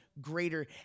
greater